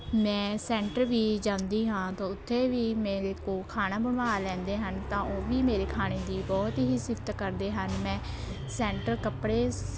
ਮੈਂ ਸੈਂਟਰ ਵੀ ਜਾਂਦੀ ਹਾਂ ਤਾਂ ਉੱਥੇ ਵੀ ਮੇਰੇ ਕੋਲ ਖਾਣਾ ਬਣਵਾ ਲੈਂਦੇ ਹਨ ਤਾਂ ਉਹ ਵੀ ਮੇਰੇ ਖਾਣੇ ਦੀ ਬਹੁਤ ਹੀ ਸਿਫਤ ਕਰਦੇ ਹਨ ਮੈਂ ਸੈਂਟਰ ਕੱਪੜੇ ਸ